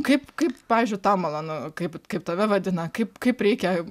kaip kaip pavyzdžiui tau malonu kaip kaip tave vadina kaip kaip reikia